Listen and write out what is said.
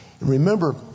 Remember